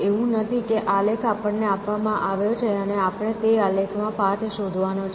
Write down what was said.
એવું નથી કે આલેખ આપણને આપવામાં આવ્યો છે અને આપણે તે આલેખ માં પાથ શોધવાનો છે